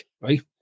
right